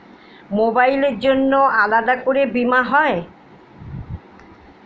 মোবাইলের জন্য আলাদা করে বীমা হয়?